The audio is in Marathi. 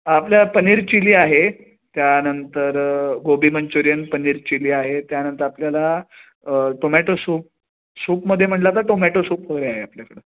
आपल्या पनीर चिली आहे त्यानंतर गोबी मंचुरियन पनीर चिली आहे त्यानंतर आपल्याला टोमॅटो सूप सूपमध्ये म्हटलं तर टोमॅटो सूप वगैरे आहे आपल्याकडं